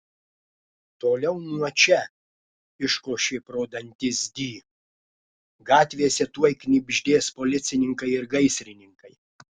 toliau nuo čia iškošė pro dantis di gatvėse tuoj knibždės policininkai ir gaisrininkai